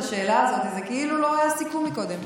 השאלה הזאת זה כאילו לא היה סיכום קודם.